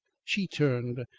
she turned,